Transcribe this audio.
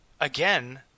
again